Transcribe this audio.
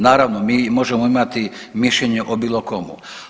Naravno mi možemo imati mišljenje o bilo komu.